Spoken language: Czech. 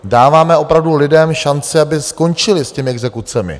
Dáváme opravdu lidem šanci, aby skončili s těmi exekucemi.